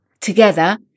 Together